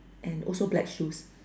and also black shoes